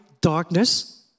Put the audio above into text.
darkness